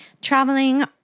traveling